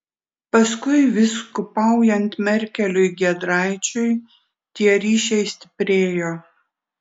paskui vyskupaujant merkeliui giedraičiui tie ryšiai stiprėjo